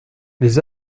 les